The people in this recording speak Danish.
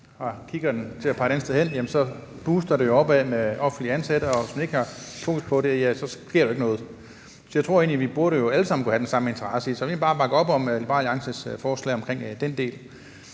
kikkerten til at pege et andet sted hen, brager det opad med offentligt ansatte, og hvis man ikke har fokus på det, ja, så sker der jo ikke noget. Jeg tror egentlig, at vi alle sammen burde kunne have den samme interesse i det. Så jeg vil egentlig bare bakke op om Liberal Alliances forslag omkring den del.